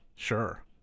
Sure